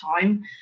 time